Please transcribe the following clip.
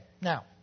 now